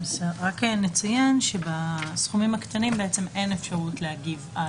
רק נציין שבסכומים הקטנים אין אפשרות להגיב.